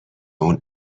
اون